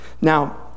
Now